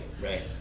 Right